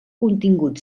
contingut